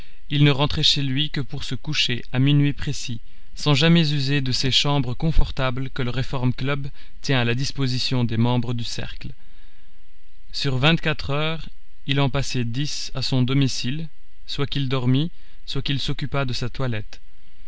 il ne rentrait chez lui que pour se coucher à minuit précis sans jamais user de ces chambres confortables que le reform club tient à la disposition des membres du cercle sur vingt-quatre heures il en passait dix à son domicile soit qu'il dormît soit qu'il s'occupât de sa toilette